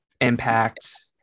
impact